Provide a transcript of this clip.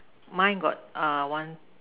mine got err one